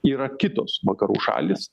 yra kitos vakarų šalys